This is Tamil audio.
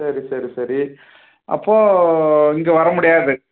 சரி சரி சரி அப்போ இங்கே வர முடியாது